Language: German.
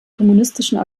kommunistischen